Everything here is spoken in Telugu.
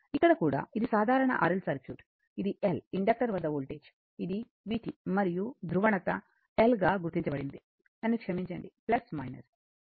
ఇక్కడ కూడా ఇది సాధారణ RL సర్క్యూట్ ఇది L ఇండక్టర్ వద్ద వోల్టేజ్ ఇది vt మరియు ధ్రువణత L గా గుర్తించబడింది నన్ను క్షమించండి మరియు ఈ కరెంటు i ప్రవహిస్తోంది